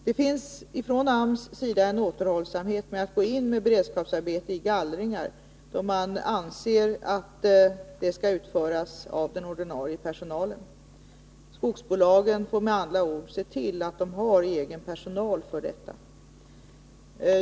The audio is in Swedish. Det finns från AMS sida en återhållsamhet med att gå in med beredskapsarbete i gallringar, då man anser att sådana skall utföras av den ordinarie personalen. Skogsbolagen får med andra ord se till att de har egen personal för detta ändamål.